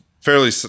fairly